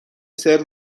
سرو